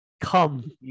come